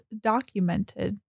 documented